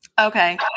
Okay